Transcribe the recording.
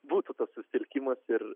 būtų tas susitelkimas ir